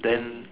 then